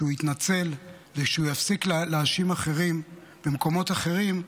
כשהוא יתנצל וכשהוא יפסיק להאשים אחרים במקומות אחרים,